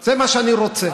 זה מה שאני רוצה.